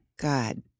God